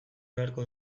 beharko